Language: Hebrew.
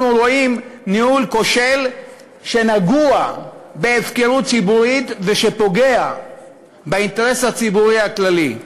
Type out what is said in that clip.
רואים ניהול כושל שנגוע בהפקרות ציבורית ושפוגע באינטרס הציבורי הכללי.